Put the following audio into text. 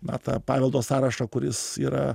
na tą paveldo sąrašą kuris yra